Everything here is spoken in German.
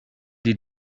die